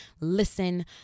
Listen